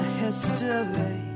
history